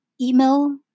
email